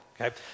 Okay